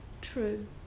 True